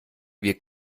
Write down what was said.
wir